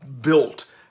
built